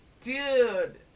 Dude